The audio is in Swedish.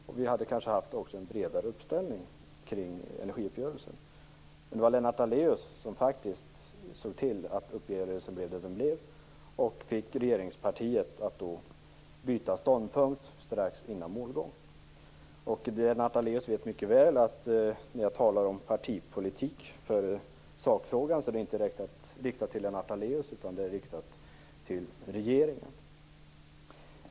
Dessutom hade vi kanske också haft en bredare uppslutning kring energiuppgörelsen. Lennart Daléus såg till att det blev den uppgörelse som det blev. Han fick regeringspartiet att byta ståndpunkt strax innan målgång. Lennart Daléus vet mycket väl att när jag talar om partipolitik i sakfrågan är det inte riktat till Lennart Daléus utan till regeringen.